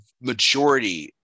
majority